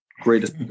Greatest